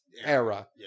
era